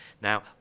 now